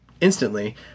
instantly